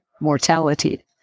mortality